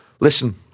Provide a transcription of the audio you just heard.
Listen